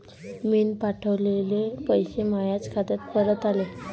मीन पावठवलेले पैसे मायाच खात्यात परत आले